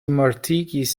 mortigis